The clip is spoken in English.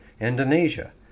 Indonesia